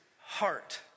heart